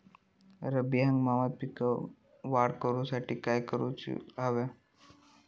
रब्बी हंगामात पिकांची वाढ करूसाठी काय करून हव्या?